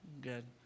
Good